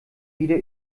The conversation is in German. wieder